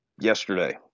yesterday